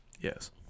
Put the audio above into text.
Yes